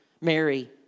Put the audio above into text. Mary